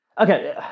Okay